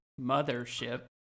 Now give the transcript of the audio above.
mothership